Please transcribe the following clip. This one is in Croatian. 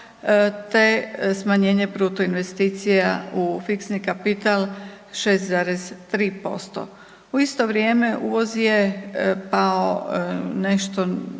te smanjenje bruto investicija u fiksni kapital od 6,3%. U isto vrijeme uvoz je pao nešto